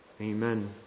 Amen